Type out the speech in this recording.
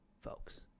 folks